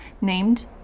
named